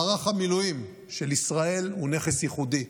מערך המילואים של ישראל הוא נכס ייחודי.